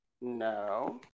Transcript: No